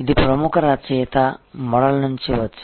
ఇది ప్రముఖ రచయిత మోడల్ నుండి వచ్చింది